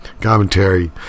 commentary